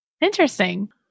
Interesting